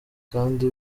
kandi